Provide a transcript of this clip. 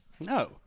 No